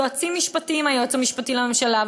יועצים משפטיים: היועץ המשפטי לממשלה,